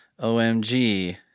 OMG